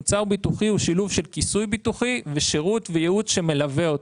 מוצר ביטוחי הוא שילוב של כיסוי ביטוחי ושירות וייעוץ שמלווה אותו.